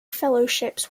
fellowships